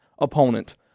opponent